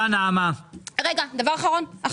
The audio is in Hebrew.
יודע שהסכום של 45 מיליון גדל ל-100 מיליון.